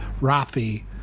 Rafi